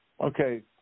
Okay